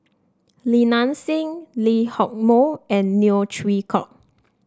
Li Nanxing Lee Hock Moh and Neo Chwee Kok